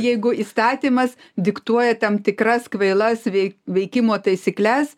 jeigu įstatymas diktuoja tam tikras kvailas vei veikimo taisykles